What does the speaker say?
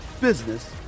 business